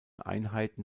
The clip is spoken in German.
einheiten